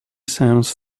sounds